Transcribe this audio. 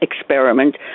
experiment